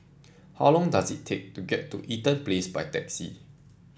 how long does it take to get to Eaton Place by taxi